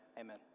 amen